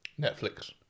Netflix